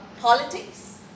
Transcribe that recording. politics